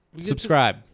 Subscribe